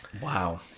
Wow